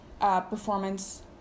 performance